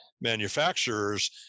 manufacturers